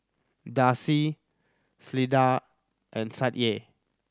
Darcy Cleda and Sadye